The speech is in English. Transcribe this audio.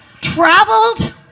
traveled